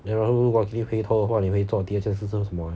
然后如果可以回头的话你会做第二件事会做什么